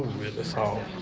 with assault.